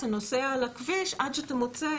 אתה נוסע על הכביש עד שאתה מוצא